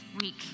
week